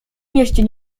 mieście